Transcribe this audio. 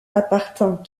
appartint